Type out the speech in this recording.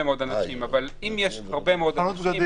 מאוד אנשים אבל אם יש הרבה מאוד אנשים,